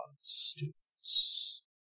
students